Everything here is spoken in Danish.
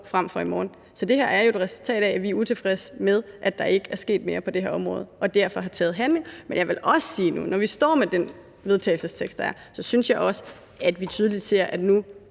frem for i morgen. Så det her er et resultat af, at vi er utilfredse med, at der ikke er sket mere på det område og derfor er skredet til handling. Man jeg vil også sige, at når vi står med det forslag til vedtagelse, der er, synes jeg også, vi tydeligt ser, at nu